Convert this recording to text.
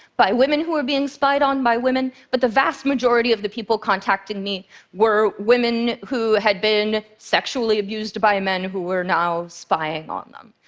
by women who were being spied on by women, but the vast majority of the people contacting me were women who had been sexually abused by men who were now spying on them.